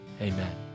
Amen